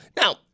now